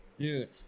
Dude